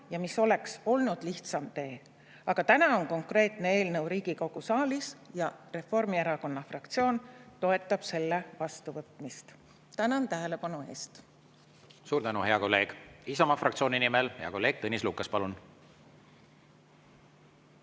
ja mis oleks olnud lihtsam tee. Aga täna on konkreetne eelnõu Riigikogu saalis ja Reformierakonna fraktsioon toetab selle vastuvõtmist. Tänan tähelepanu eest. Suur tänu, hea kolleeg! Isamaa fraktsiooni nimel hea kolleeg Tõnis Lukas, palun!